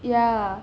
ya